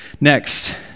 Next